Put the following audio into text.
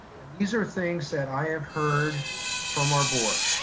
and these are things that i have heard from our board,